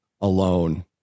alone